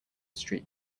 street